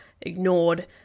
ignored